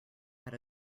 had